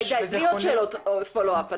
די, בלי עוד שאלות פולו אפ.